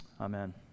Amen